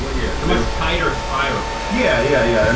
but yeah. it's a much tighter spiral. yeah yeah yeah, um